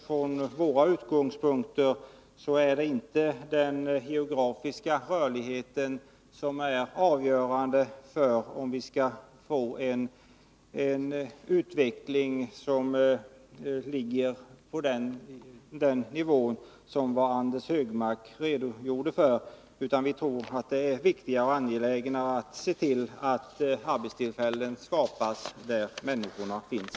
Från våra utgångspunkter är det inte den geografiska rörligheten som är avgörande för om vi skall få en utveckling i den riktningen som Anders Högmark redogjorde för, utan vi tror att det är viktigare och mer angeläget att se till att arbetstillfällen skapas där människorna finns.